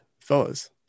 fellas